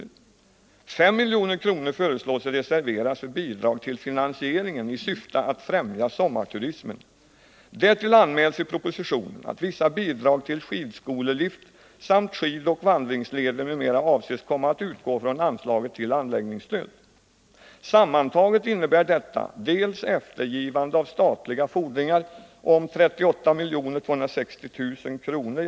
Det föreslås att 5 milj.kr. reserveras för bidrag till finansieringen i syfte att främja sommarturismen. Därtill anmäls i propositionen att vissa bidrag till skidskolelift samt skidoch vandringsleder m.m. avses komma att utgå från anslaget till anläggningsstöd. Sammantaget innebär detta dels eftergivande av statliga fordringar om 38 260 000 kr.